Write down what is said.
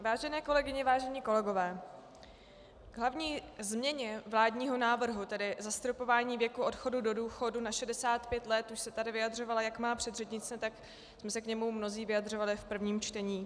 Vážené kolegyně, vážení kolegové, k hlavní změně vládního návrhu, tedy zastropování věku odchodu do důchodu na 65, se tady vyjadřovala jak má předřečnice, tak se k němu mnozí vyjadřovali v prvním čtení.